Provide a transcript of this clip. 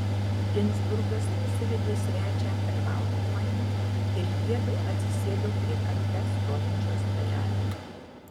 ginzburgas nusivedė svečią per valgomąjį ir jiedu atsisėdo prie kampe stovinčio stalelio